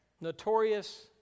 Notorious